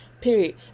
Period